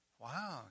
Wow